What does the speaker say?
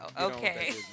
Okay